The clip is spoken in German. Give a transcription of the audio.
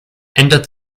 ändert